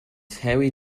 harry